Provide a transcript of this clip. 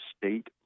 state